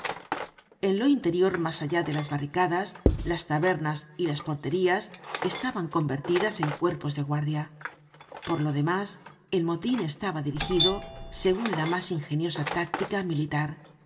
en lo interior mas allá de las barricadas las tabernas y las porterías estaban convertidas en cuerpos de guardia por lo demás el motin estaba dirigido segun la mas ingeniosa táctica militar